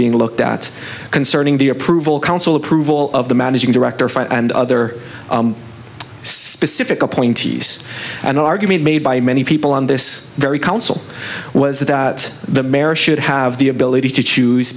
being looked at concerning the approval council approval of the managing director fund and other specific appointees an argument made by many people on this very council was that the merits should have the ability to choose